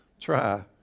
Try